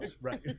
right